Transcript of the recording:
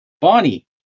Bonnie